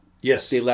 Yes